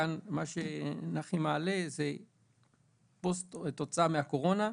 כאן מה שנחי מעלה זה תוצאה מהקורונה.